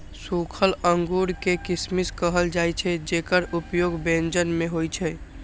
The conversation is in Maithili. सूखल अंगूर कें किशमिश कहल जाइ छै, जेकर उपयोग व्यंजन मे होइ छै